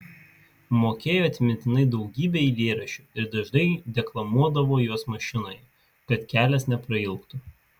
mokėjo atmintinai daugybę eilėraščių ir dažnai deklamuodavo juos mašinoje kad kelias neprailgtų